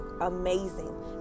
amazing